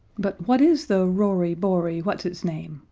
but what is the rory bory what's-its-name?